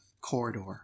corridor